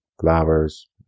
Flowers